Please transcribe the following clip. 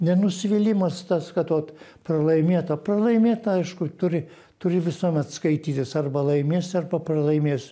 ne nusivylimas tas kad vot pralaimėta pralaimėta aišku turi turi visuomet skaitytis arba laimėsi arba pralaimėsi